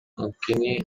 анткени